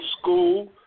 school